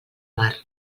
mar